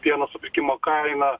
pieno supirkimo kaina